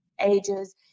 ages